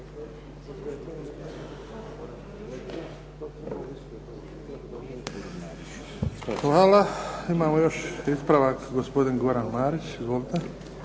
Hvala. Imamo još ispravak, gospodin Goran Marić. Izvolite.